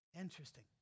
interesting